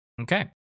Okay